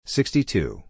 Sixty-two